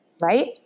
right